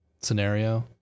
scenario